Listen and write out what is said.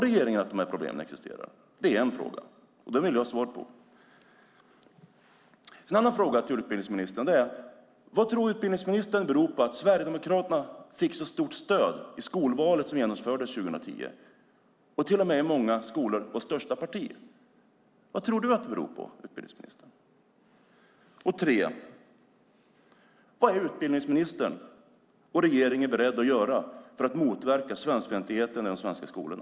Det är min första fråga, och den vill jag ha svar på. Min andra fråga till utbildningsministern är: Vad tror utbildningsministern det beror på att Sverigedemokraterna fick så stort stöd i det skolval som genomfördes 2010? I många skolor var det till och med det största partiet. Min tredje fråga är: Vad är utbildningsministern och regeringen beredd att göra för att motverka svenskfientligheten i de svenska skolorna?